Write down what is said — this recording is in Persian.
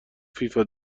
فیفا